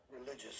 religious